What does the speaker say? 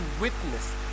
witness